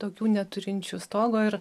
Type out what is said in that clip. tokių neturinčių stogo ir